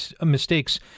mistakes